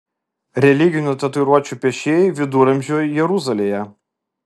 religinių tatuiruočių piešėjai viduramžių jeruzalėje